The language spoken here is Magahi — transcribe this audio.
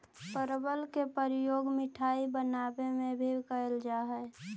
परवल के प्रयोग मिठाई बनावे में भी कैल जा हइ